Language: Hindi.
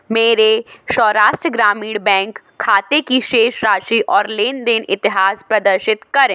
मेरे सौराष्ट्र ग्रामीण बैंक खाते की शेष राशि और लेन देन इतिहास प्रदर्शित करें